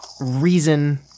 reason